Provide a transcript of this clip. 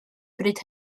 bryd